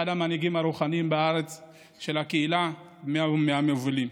אחד המנהיגים הרוחניים בארץ של הקהילה, מהמובילים.